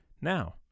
Now